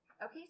Okay